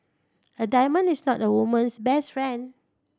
a diamond is not a woman's best friend